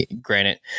Granted